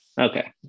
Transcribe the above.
Okay